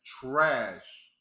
trash